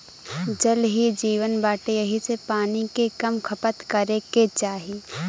जल ही जीवन बाटे एही से पानी के कम खपत करे के चाही